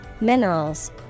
minerals